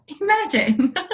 imagine